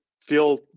feel